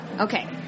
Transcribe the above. okay